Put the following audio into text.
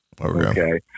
Okay